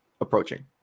approaching